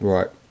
Right